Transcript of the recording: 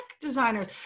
designers